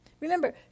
Remember